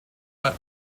mal